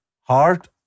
heart